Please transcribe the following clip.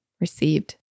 received